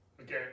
Okay